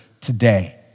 today